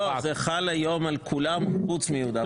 לא, זה חל היום על כולם, חוץ מיהודה ושומרון.